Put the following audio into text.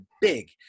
big